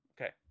Okay